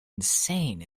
insane